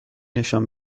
نشان